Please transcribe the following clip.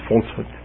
falsehood